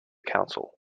council